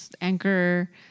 Anchor